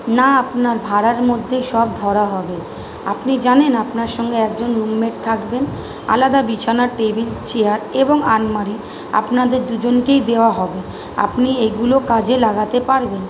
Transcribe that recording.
না আপনার ভাড়ার মধ্যেই সব ধরা হবে আপনি জানেন আপনার সঙ্গে একজন রুমমেট থাকবেন আলাদা বিছানা টেবিল চেয়ার এবং আলমারি আপনাদের দুজনকেই দেওয়া হবে আপনি এগুলো কাজে লাগাতে পারবেন